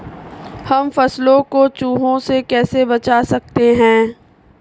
हम फसलों को चूहों से कैसे बचा सकते हैं?